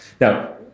Now